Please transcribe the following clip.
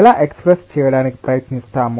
ఎలా ఎక్స్ప్రెస్ చేయడానికి ప్రయత్నిస్తాము